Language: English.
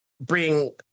bring